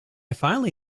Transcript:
finally